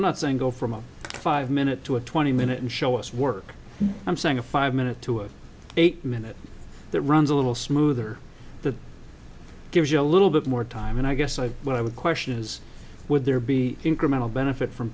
i'm not saying go from a five minute to a twenty minute and show us work i'm saying a five minute to an eight minute that runs a little smoother that gives you a little bit more time and i guess i what i would question is would there be incremental benefit from